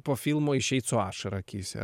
po filmo išeit su ašara akyse